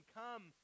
come